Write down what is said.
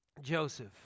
Joseph